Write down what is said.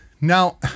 Now